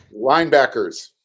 Linebackers